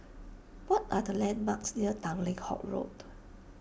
what are the landmarks near Tanglin Halt Road